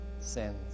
sins